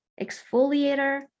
exfoliator